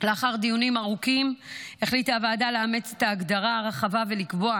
לאחר דיונים ארוכים החליטה הוועדה לאמץ את ההגדרה הרחבה ולקבוע